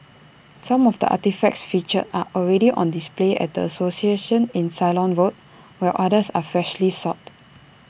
some of the artefacts featured are already on display at the association in Ceylon road while others were freshly sought